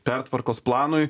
pertvarkos planui